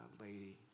lady